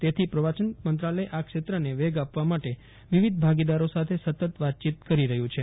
તેથી પ્રવાસન મંત્રાલય આ ક્ષેત્રને વેગ આપવા માટે વિવિધ ભાગીદારો સાથે સતત વાતચીત કરી રહ્યું છે